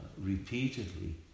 repeatedly